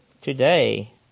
today